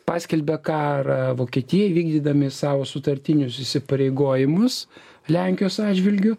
paskelbia karą vokietijai vykdydami savo sutartinius įsipareigojimus lenkijos atžvilgiu